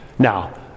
Now